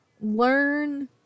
Learn